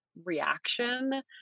reaction